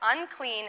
unclean